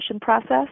process